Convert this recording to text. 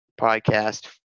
podcast